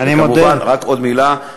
רק עוד מילה,